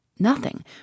Nothing